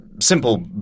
simple